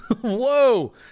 Whoa